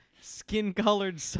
skin-colored